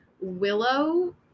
Willow